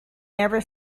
never